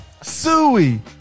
suey